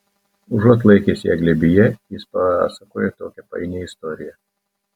užuot laikęs ją glėbyje jis pasakojo tokią painią istoriją